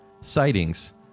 sightings